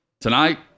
Tonight